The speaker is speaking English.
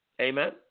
amen